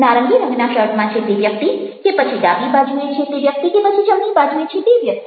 નારંગી રંગના શર્ટમાં છે તે વ્યક્તિ કે પછી ડાબી બાજુએ છે તે વ્યક્તિ કે પછી જમણી બાજુએ છે તે વ્યક્તિ